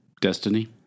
Destiny